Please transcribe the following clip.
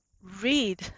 read